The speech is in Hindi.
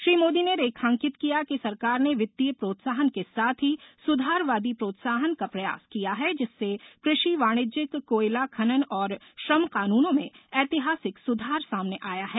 श्री मोदी ने रेखांकित किया कि सरकार ने वित्तीय प्रोत्साहन के साथ ही सुधारवादी प्रोत्साहन का प्रयास किया है जिससे कृषि वाणिज्यिक कोयला खनन और श्रम कानूनों में ऐतिहासिक सुधार सामने आया है